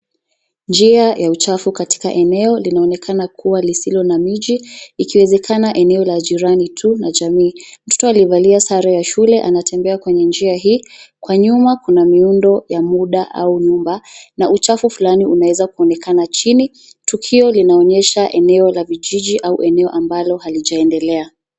Njia ya uchafu katika eneo linaonekana kuwa lisilo na miji, ikiwezekana eneo la jirani tu na jamii. Mtoto aliyevalia sare ya shule anatembea kwenye njia hii. Kwa nyuma kuna miundo ya muda au nyumba, na uchafu fulani unaweza kuonekana chini. Tukio linaonyesha eneo la vijiji au eneo ambalo halijaendelea.